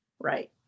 right